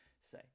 say